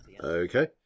Okay